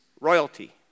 royalty